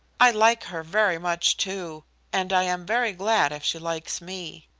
i like her very much, too and i am very glad if she likes me.